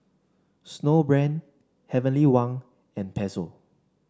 Snowbrand Heavenly Wang and Pezzo